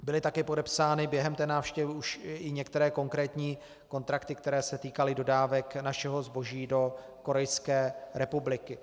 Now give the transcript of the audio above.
Byly také podepsány během návštěvy už i některé konkrétní kontrakty, které se týkaly dodávek našeho zboží do Korejské republiky.